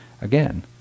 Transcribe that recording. again